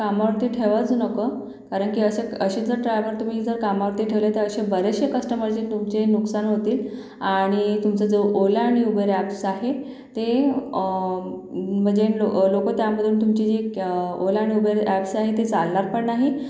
कामावरती ठेवाच नको कारण की असं असे जर ड्रायवर तुम्ही जर कामावरती ठेवले तर असे बरेचसे कस्टमर जे तुमचे नुकसान होतील आणि तुमचा जो ओला आणि उबेर ॲप्स आहे ते म्हणजे लो लोक त्यामधून तुमची जी कॅ ओला आणि उबेर ॲप्स आहे ते चालणारपण नाही